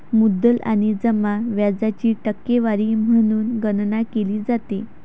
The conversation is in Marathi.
मुद्दल आणि जमा व्याजाची टक्केवारी म्हणून गणना केली जाते